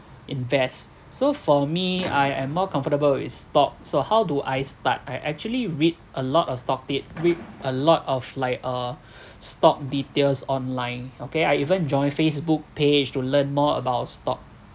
invest so for me I am more comfortable with stock so how do I start I actually read a lot of stock tip read a lot of like uh stock details online okay I even joined facebook page to learn more about stock